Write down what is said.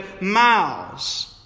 miles